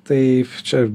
tai čia